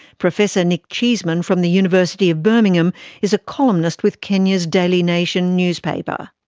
professor nic cheeseman from the university of birmingham is a columnist with kenya's daily nation newspaper.